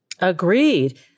Agreed